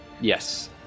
Yes